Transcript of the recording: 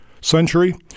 century